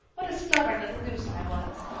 what a stubborn little goose i was.